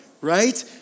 right